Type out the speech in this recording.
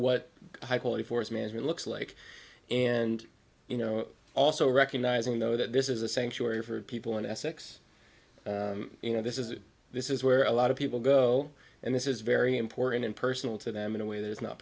what high quality forest management looks like and you know also recognizing though that this is a sanctuary for people in essex you know this is it this is where a lot of people go and this is very important and personal to them in a way that is not